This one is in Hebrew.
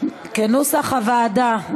כנוסח הוועדה.